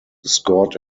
scored